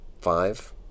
Five